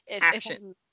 action